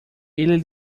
ele